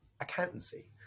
accountancy